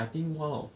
I think one of